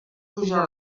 puja